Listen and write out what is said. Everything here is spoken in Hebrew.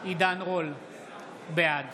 בעד